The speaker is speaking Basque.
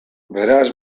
beraz